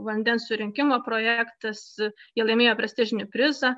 vandens surinkimo projektas jie laimėjo prestižinį prizą